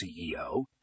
CEO